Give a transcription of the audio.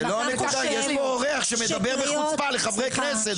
אם אתה חושב -- יש פה אורח שמדבר בחוצפה לחברי הכנסת.